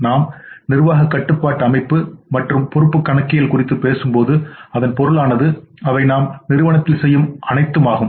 நாம் நிர்வாக கட்டுப்பாட்டு அமைப்பு மற்றும் பொறுப்பு கணக்கியல் குறித்து பேசும் போது அதன் பொருளானது அவை நாம் நிறுவனத்தில் செய்யும் அனைத்தும் ஆகும்